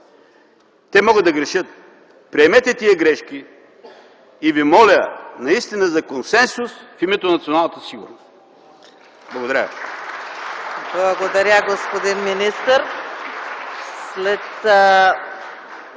те могат да грешат. Приемете тези грешки и ви моля наистина за консенсус в името на националната сигурност. Благодаря